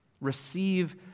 Receive